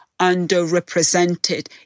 underrepresented